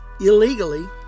illegally